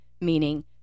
meaning